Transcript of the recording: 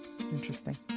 Interesting